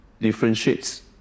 differentiates